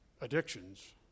addictions